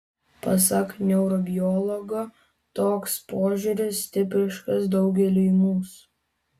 pasak neurobiologo toks požiūris tipiškas daugeliui mūsų